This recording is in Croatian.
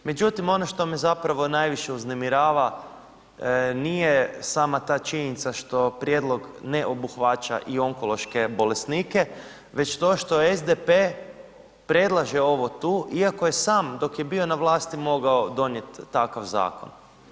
Međutim ono što me zapravo najviše uznemirava, nije sama ta činjenica što prijedlog ne obuhvaća i onkološke bolesnike već to što SDP predlaže ovo tu iako je sam, dok je bio na vlasti mogao donijeti takav zakon.